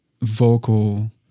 vocal